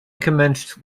commenced